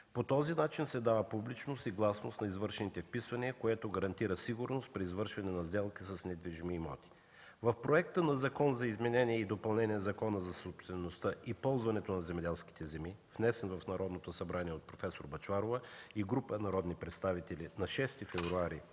По този начин се дава публичност и гласност на извършените вписвания, което гарантира сигурност при извършване на сделки с недвижими имоти. В проекта на Закон за изменение и допълнение на Закона за собствеността и ползването на земеделските земи, внесен в Народното събрание от проф. Бъчварова и група народни представители на 6 февруари